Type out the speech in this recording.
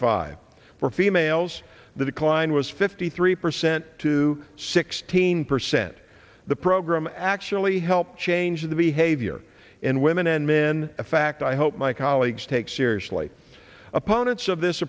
five for females the decline was fifty three percent to sixteen percent the program actually helped change the behavior in women and men a fact i hope my colleagues take seriously opponents of this